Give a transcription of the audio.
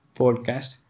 podcast